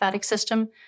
system